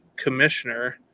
commissioner